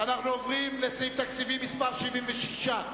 לסעיף תקציבי מס' 76,